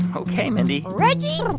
ok, mindy reggie,